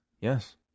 yes